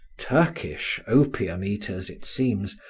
turkish opium-eaters, it seems,